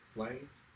Flames